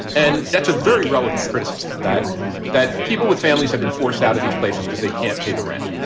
and that's a very relevant criticism that that people with families have been forced out of these places because they can't pay the rent.